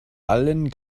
allen